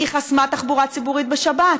היא חסמה תחבורה ציבורית בשבת.